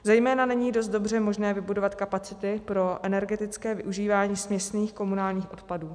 Zejména není dost dobře možné vybudovat kapacity pro energetické využívání směsných komunálních odpadů.